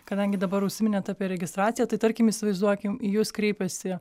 kadangi dabar užsiminėt apie registraciją tai tarkim įsivaizduokim į jus kreipiasi